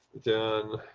then